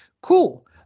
Cool